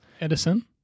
Edison